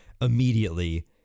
immediately